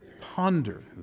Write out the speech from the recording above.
Ponder